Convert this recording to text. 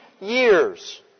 years